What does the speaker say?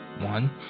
One